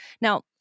Now